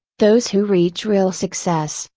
those who reach real success,